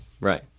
Right